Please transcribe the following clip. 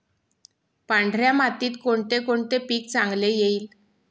पांढऱ्या मातीत कोणकोणते पीक चांगले येईल?